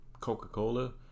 Coca-Cola